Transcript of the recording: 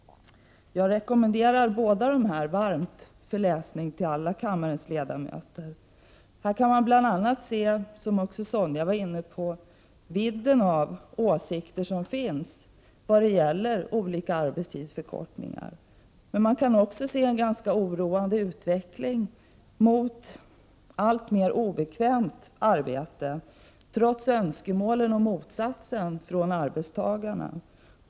Jag rekommenderar varmt läsning av båda för kammarens alla ledamöter. Här framgår bl.a., som Sonja Rembo också var inne på, vidden av åsikter vad gäller olika arbetstidsförkortningar. Det pågår också en ganska oroande utveckling mot alltmer obekvämt arbete, trots önskemålen om motsatsen från arbetstagarna.